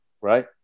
right